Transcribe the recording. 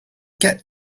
get